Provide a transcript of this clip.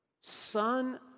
son